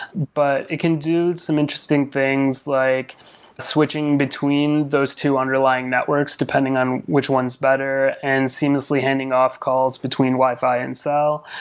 but it can do some interesting things, like switching between those two underlying networks depending on which one is better and seamlessly handing off calls between wi-fi and cell.